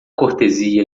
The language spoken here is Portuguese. cortesia